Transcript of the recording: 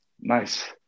Nice